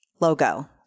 logo